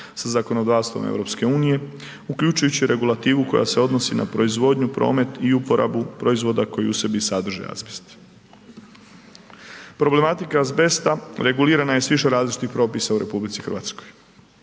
sa zakonodavstvom EU, uključujući regulativu koja se odnosi na proizvodnju, promet i uporabu proizvoda koji u sebi sadrže azbest. Problematika azbesta regulirana je s više različitih propisa u RH. U cilju